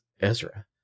Ezra